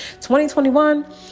2021